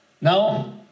Now